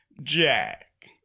Jack